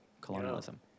colonialism